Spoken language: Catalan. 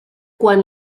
quan